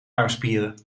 armspieren